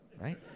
right